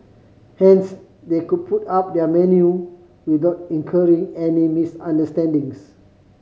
hence they could put up their menu without incurring any misunderstandings